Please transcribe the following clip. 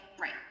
Right